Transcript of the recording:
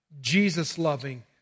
Jesus-loving